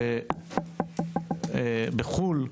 בחו"ל,